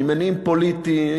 ממניעים פוליטיים,